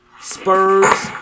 Spurs